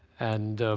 and